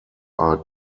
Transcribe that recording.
are